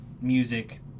music